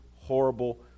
horrible